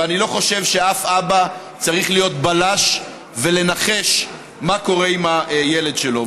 ואני חושב שאף אבא לא צריך להיות בלש ולנחש מה קורה עם הילד שלו.